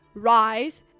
rise